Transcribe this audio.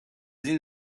این